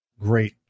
Great